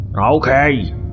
Okay